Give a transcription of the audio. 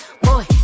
Boy